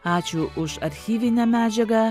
ačiū už archyvinę medžiagą